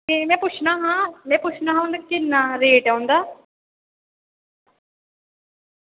ते में पुच्छना हा में पुच्छना हा किन्ना रेट ऐ उं'दा